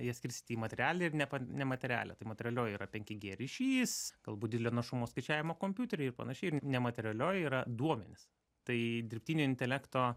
jas skryst į materialią ir ne nematerialią tai materialioji yra penki g ryšis galbūt didelio našumo skaičiavimo kompiuteriai ir panašiai ir nematerialioji yra duomenys tai dirbtinio intelekto